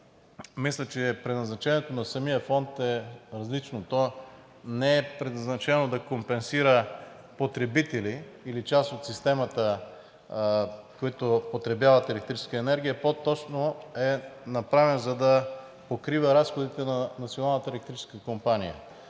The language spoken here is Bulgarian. мисля, че предназначението на самия фонд е различно. Той не е предназначен да компенсира потребители или част от системата, които потребяват електрическа енергия – по-точно е създаден, за да покрива разходите на Националната електрическа компания.